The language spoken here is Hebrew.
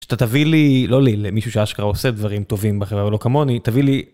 אתה תביא לי, לא לי, למישהו שאשכרה עושה דברים טובים בחברה ולא כמוני, תביא לי.